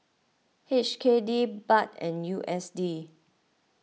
H K D Baht and U S D